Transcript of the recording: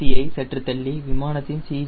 c ஐ சற்று தள்ளி விமானத்தின் CG